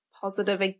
positive